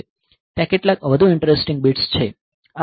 ત્યાં કેટલાક વધુ ઈંટરેસ્ટિંગ બિટ્સ છે